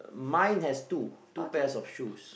mine has two two pairs of shoes